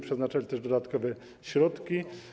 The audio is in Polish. Przeznaczaliśmy też dodatkowe środki.